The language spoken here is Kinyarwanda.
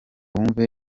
wumve